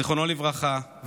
זיכרונו לברכה,